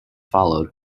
followed